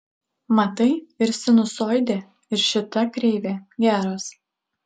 matai ir sinusoidė ir šita kreivė geros